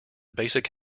basic